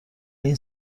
این